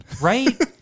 right